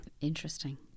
Interesting